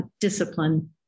discipline